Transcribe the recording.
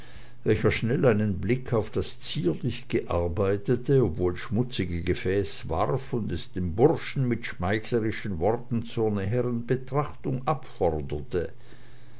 welcher schnell einen blick auf das zierlich gearbeitete obwohl schmutzige gefäß warf und es dem burschen mit schmeichlerischen worten zur näheren betrachtung abforderte